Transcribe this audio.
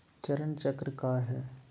चरण चक्र काया है?